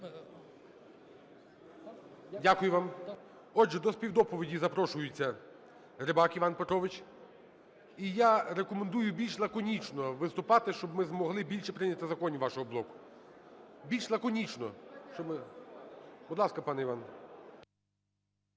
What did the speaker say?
Дякую вам. Отже, до співдоповіді запрошується Рибак Іван Петрович. І я рекомендую більш лаконічно виступати, щоб ми змогли більше прийняти законів вашого блоку. Більш лаконічно. Будь ласка, пане Іван.